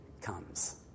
comes